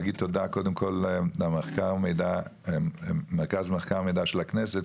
להגיד תודה קודם כל למרכז מחקר ומידע של הכנסת,